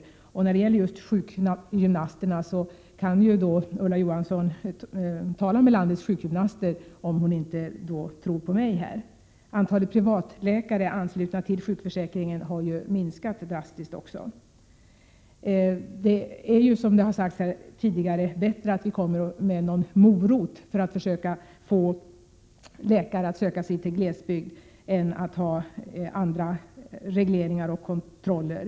Ulla Johansson kan tala med landets sjukgymnaster, om hon inte tror på mig. Antalet privatläkare anslutna till sjukförsäkringen har ju också minskat drastiskt. Det är, som har sagts här tidigare, bättre att införa någon morot för att försöka få läkare att söka sig till glesbygd än att införa regleringar och kontroller.